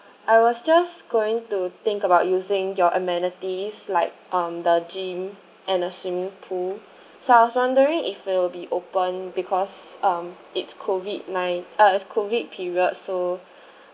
I was just going to think about using your amenities like um the gym and the swimming pool so I was wondering if it will be open because um it's COVID nine~ uh it's COVID period so